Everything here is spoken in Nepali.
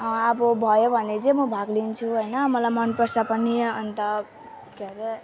अब भयो भने चाहिँ म भाग लिन्छु होइन मलाई मनपर्छ पनि अन्त के अरे